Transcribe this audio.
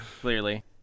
clearly